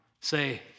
Say